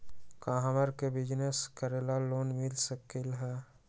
का हमरा के बिजनेस करेला लोन मिल सकलई ह?